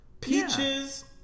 Peaches